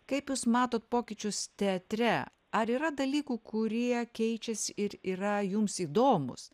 kaip jūs matot pokyčius teatre ar yra dalykų kurie keičias ir yra jums įdomūs